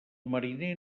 mariner